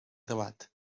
debat